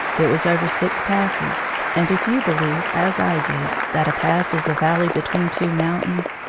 it was over six passes, and if you believe, as i did, that a pass is a valley between two mountains,